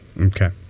Okay